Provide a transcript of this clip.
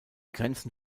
grenzen